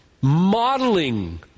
Modeling